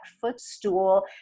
footstool